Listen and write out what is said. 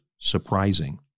surprising